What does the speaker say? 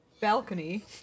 balcony